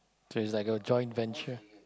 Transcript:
so it's like a joint venture